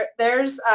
there's